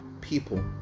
people